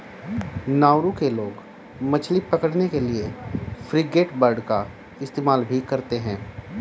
Nauru के लोग मछली पकड़ने के लिए फ्रिगेटबर्ड का इस्तेमाल भी करते हैं